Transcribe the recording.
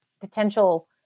potential